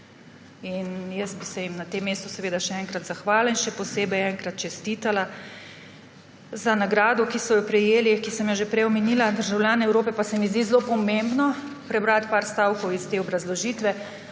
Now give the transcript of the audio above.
Jaz bi se jim na tem mestu seveda še enkrat zahvalila in jim še posebej enkrat čestitala za nagrado, ki so jo prejeli, ki sem jo že prej omenila, državljan Evrope. Zdi se mi zelo pomembno prebrati nekaj stavkov iz te obrazložitve,